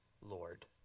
Lord